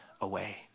away